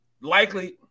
likely